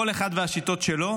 כל אחד והשיטות שלו,